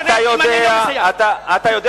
אתה סיימת